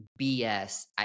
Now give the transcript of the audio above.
BS